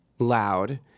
Loud